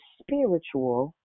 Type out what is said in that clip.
spiritual